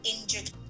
injured